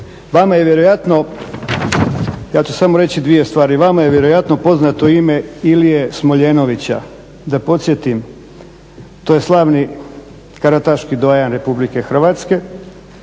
vama je vjerojatno poznato ime Ilije Smoljenovića. Da podsjetim, to je slavni karataški …/Govornik se